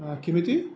किमिति